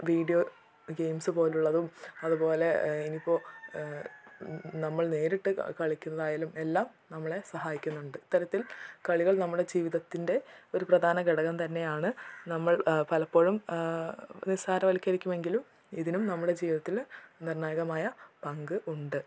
video games പോലുള്ളതും അതു പോലെ ഇനി ഇപ്പോൾ നമ്മൾ നേരിട്ട് കളിക്കുന്നതായാലും എല്ലാം നമ്മളെ സഹായിക്കുന്നുണ്ട് ഇത്തരത്തിൽ കളികൾ നമ്മുടെ ജീവിതത്തിൻ്റെ ഒരു പ്രധാന ഘടകം തന്നെയാണ് നമ്മൾ പലപ്പോഴും നിസ്സാരവൽക്കരിക്കുമെങ്കിലും ഇതിനും നമ്മുടെ ജീവിതത്തിൽ നിർണായകമായ പങ്കുണ്ട്